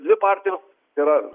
dvi partijos yra